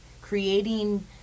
creating